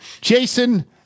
Jason